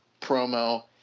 promo